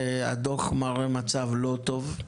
הדו"ח מראה מצב לא טוב.